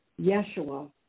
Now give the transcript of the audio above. Yeshua